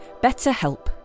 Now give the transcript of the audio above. BetterHelp